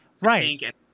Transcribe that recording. Right